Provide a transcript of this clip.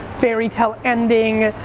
fairy tale ending,